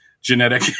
genetic